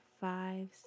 five